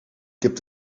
gibt